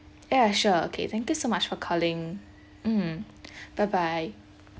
yeah sure okay thank you so much for calling mm bye bye